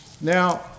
Now